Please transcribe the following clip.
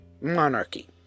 monarchy